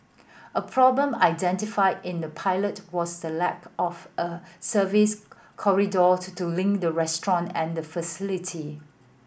a problem identified in the pilot was the lack of a service corridor to link the restaurant and the facility